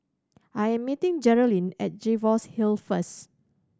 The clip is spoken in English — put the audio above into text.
I am meeting Geralyn at Jervois Hill first